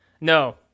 No